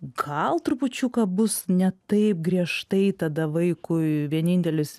gal trupučiuką bus ne taip griežtai tada vaikui vienintelis